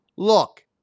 look